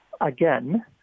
Again